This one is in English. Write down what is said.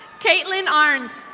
caitlin aren't.